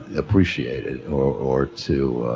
appreciate it or or to